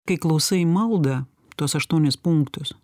kai klausai maldą tuos aštuonis punktus